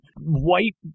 white